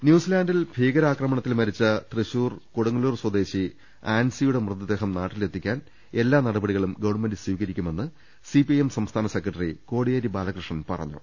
ന്യൂസിലന്റിൽ ഭീകരാക്രമണത്തിൽ മരിച്ച തൃശൂർ കൊടുങ്ങല്ലൂർ സ്വദേശിനി ആൻസിയുടെ മൃതദേഹം നാട്ടിലെത്തിക്കാൻ എല്ലാ നട പടികളും ഗവൺമെന്റ് സ്വീകരിക്കുമെന്ന് സിപിഐഎം സംസ്ഥാന സെക്രട്ടറി കോടിയേരി ബാലകൃഷ്ണൻ പറഞ്ഞു